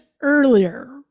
earlier